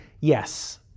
yes